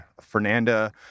Fernanda